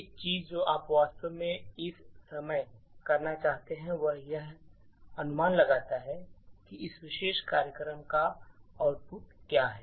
एक चीज जो आप वास्तव में इस समय करना चाहते हैं वह यह अनुमान लगाना है कि इस विशेष कार्यक्रम का आउटपुट क्या है